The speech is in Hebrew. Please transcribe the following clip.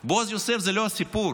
בועז יוסף הוא לא הסיפור.